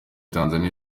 tanzania